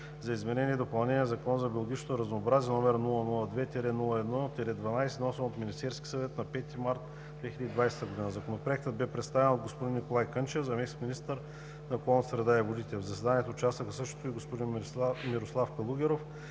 за изменение и допълнение на Закона за биологичното разнообразие, № 002-01-12, внесен от Министерския съвет на 5 март 2020 г. Законопроектът беше представен от господин Николай Кънчев – заместник-министър на околната среда и водите. В заседанието участваха също и господин Мирослав Калугеров